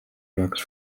drugs